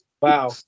Wow